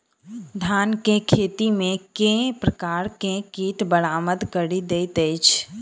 धान केँ खेती मे केँ प्रकार केँ कीट बरबाद कड़ी दैत अछि?